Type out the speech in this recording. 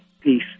peace